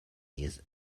his